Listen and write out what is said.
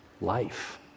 life